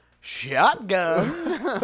shotgun